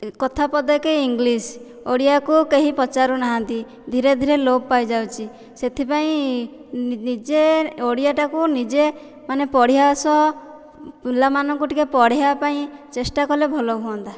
କଥା ପଦକେ ଇଂଲିଶ ଓଡ଼ିଆକୁ କେହି ପଚାରୁନାହାନ୍ତି ଧୀରେ ଧୀରେ ଲୋପ ପାଇଯାଉଛି ସେଥିପାଇଁ ନିଜେ ଓଡ଼ିଆଟାକୁ ନିଜେ ମାନେ ପଢ଼ିବା ସହ ପିଲାମାନଙ୍କୁ ଟିକେ ପଢ଼ାଇବା ପାଇଁ ଚେଷ୍ଟା କଲେ ଭଲ ହୁଅନ୍ତା